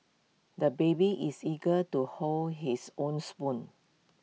the baby is eager to hold his own spoon